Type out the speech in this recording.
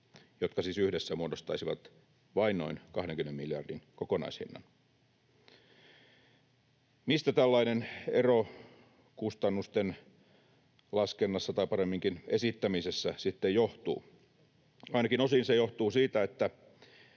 jotka siis yhdessä muodostaisivat vain noin 20 miljardin kokonaishinnan. Mistä tällainen ero kustannusten laskennassa tai paremminkin esittämisessä sitten johtuu? Ainakin osin se johtuu siitä,